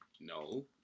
No